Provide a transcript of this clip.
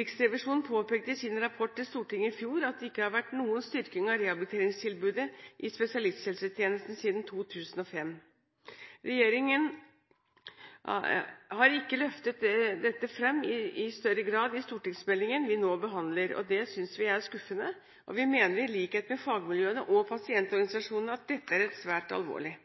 Riksrevisjonen påpekte i sin rapport til Stortinget i fjor at det ikke har vært noen styrking av rehabiliteringstilbudet i spesialisthelsetjenesten siden 2005. Regjeringen har ikke løftet dette fram i større grad i stortingsmeldingen vi nå behandler. Det synes vi er skuffende, og vi mener – i likhet med fagmiljøene og pasientorganisasjonene – at dette er svært alvorlig.